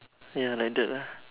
ya like that ah